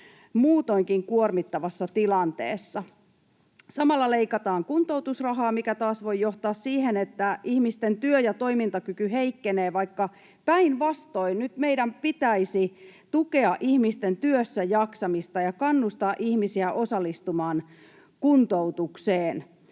muutoinkin kuormittavassa tilanteessa. Samalla leikataan kuntoutusrahaa, mikä taas voi johtaa siihen, että ihmisten työ- ja toimintakyky heikkenee, vaikka päinvastoin nyt meidän pitäisi tukea ihmisten työssäjaksamista ja kannustaa ihmisiä osallistumaan kuntoutukseen.